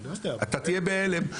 אתה תהיה בהלם.